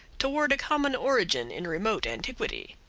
toward a common origin in remote antiquity.